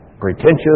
pretentious